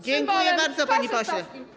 Dziękuję bardzo, pani poseł.